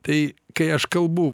tai kai aš kalbu